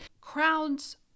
Crowds